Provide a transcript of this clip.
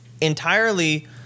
entirely